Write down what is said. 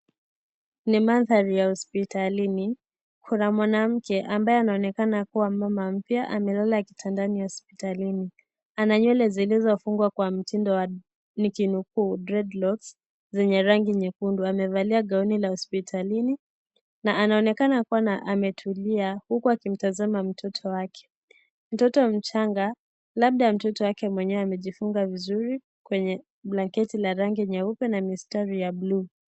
Ni mandhari ya hospitalini, kuna mwanamke ambaye anaonekana kuwa mama mpya amelala kitandani ya hospitalini. Ana nywele zilizofungwa kwa mtindo wa, nikinukuu, dreads locks zenye rangi nyekundu. Amevalia gauni la hospitalini na anaonekana kuwa ametulia huku akitazama mtoto wake. Mtoto mchanga, labda mtoto wake mwenyewe amejifunga vizuri kwenye blanketi ya rangi nyeupe na mistari ya buluu.